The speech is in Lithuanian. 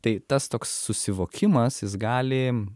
tai tas toks susivokimas jis gali